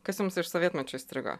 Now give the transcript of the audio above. kas jums iš sovietmečio įstrigo